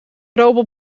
robot